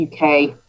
UK